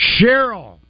Cheryl